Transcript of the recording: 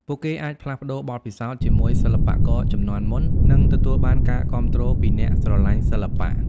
ពួកគេអាចផ្លាស់ប្តូរបទពិសោធន៍ជាមួយសិល្បករជំនាន់មុន និងទទួលបានការគាំទ្រពីអ្នកស្រឡាញ់សិល្បៈ។